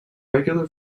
regular